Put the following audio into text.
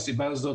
מהסיבה הזאת,